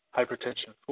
Hypertension